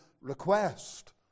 request